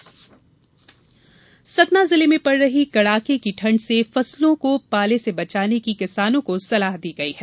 कृषि सलाह सतना जिले में पड़ रही कड़ाके की ठंड से फसलो को पाले से बचाने की किसानों को सलाह दी गई है